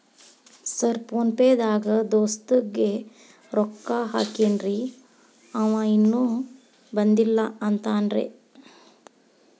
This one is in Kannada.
ಸರ್ ಫೋನ್ ಪೇ ದಾಗ ದೋಸ್ತ್ ಗೆ ರೊಕ್ಕಾ ಹಾಕೇನ್ರಿ ಅಂವ ಇನ್ನು ಬಂದಿಲ್ಲಾ ಅಂತಾನ್ರೇ?